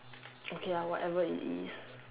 okay ah whatever it is